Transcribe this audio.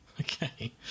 Okay